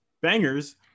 bangers